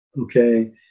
Okay